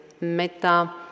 metta